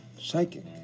Psychic